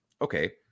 okay